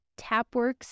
Tapworks